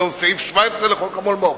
זהו סעיף 17 לחוק המולמו"פ.